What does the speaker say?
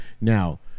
Now